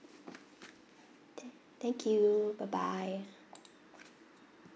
tha~ thank you bye bye